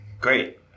great